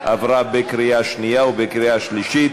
עברה בקריאה שנייה ובקריאה שלישית.